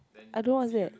I don't know what's that